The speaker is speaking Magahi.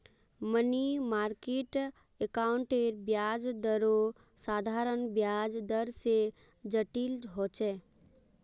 मनी मार्किट अकाउंटेर ब्याज दरो साधारण ब्याज दर से जटिल होचे